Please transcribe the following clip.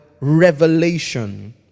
revelation